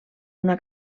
una